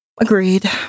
agreed